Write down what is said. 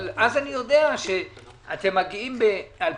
אבל אז אני יודע שאתם מגיעים ב-2021